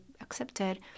accepted